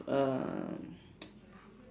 um